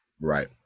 Right